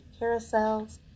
carousels